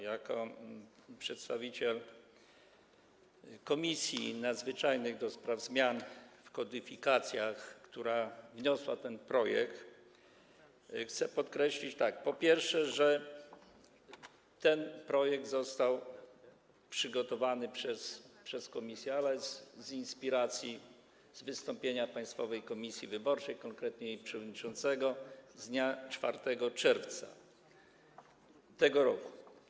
Jako przedstawiciel Komisji Nadzwyczajnej do spraw zmian w kodyfikacjach, która wniosła ten projekt, chcę podkreślić, po pierwsze, że ten projekt został przygotowany przez komisję, ale z inspiracji, w wyniku wystąpienia Państwowej Komisji Wyborczej, a konkretnie jej przewodniczącego, z dnia 4 czerwca tego roku.